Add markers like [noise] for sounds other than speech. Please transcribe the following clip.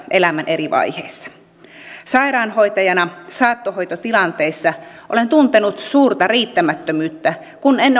elämän eri vaiheissa sairaanhoitajana saattohoitotilanteissa olen tuntenut suurta riittämättömyyttä kun en [unintelligible]